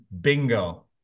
bingo